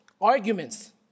arguments